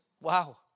Wow